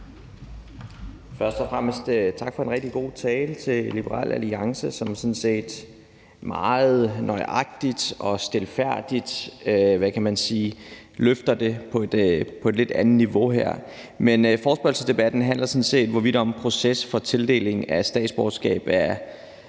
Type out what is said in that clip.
Først og fremmest vil jeg sige tak for en rigtig god tale til Liberal Alliance, som sådan set meget nøjagtigt og stilfærdigt – hvad kan man sige – løfter det op på et lidt andet niveau her. Men forespørgselsdebatten handler sådan set om, hvorvidt processen for tildeling af statsborgerskaber